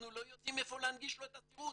אנחנו לא יודעים איפה להנגיש לו את השירות.